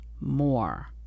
more